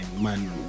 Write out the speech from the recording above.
man